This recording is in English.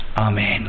Amen